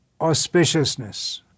auspiciousness